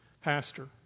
pastor